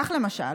כך למשל,